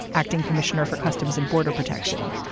acting commissioner for customs and border protection.